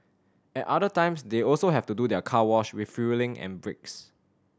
at other times they also have to do their car wash refuelling and breaks